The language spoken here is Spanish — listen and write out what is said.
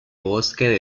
bosques